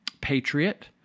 Patriot